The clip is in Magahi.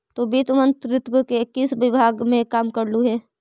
तु वित्त मंत्रित्व के किस विभाग में काम करलु हे?